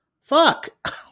Fuck